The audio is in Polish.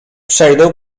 przejdę